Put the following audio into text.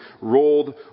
rolled